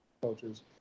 cultures